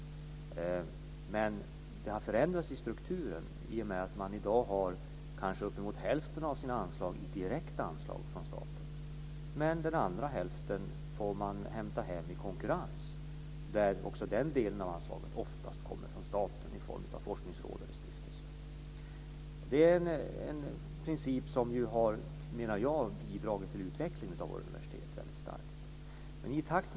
Men strukturen har förändrats i och med att man i dag har kanske uppemot hälften av sina anslag i direkta anslag från staten medan man får hämta hem den andra hälften i konkurrens. Också den delen av anslagen kommer dock oftast från staten i form av forskningsråd eller stiftelser. Det är en princip som jag menar har bidragit till utvecklingen av våra universitet väldigt starkt.